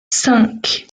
cinq